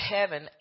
heaven